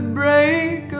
break